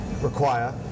require